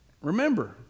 Remember